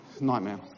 nightmare